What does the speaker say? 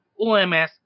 oms